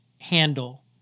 handle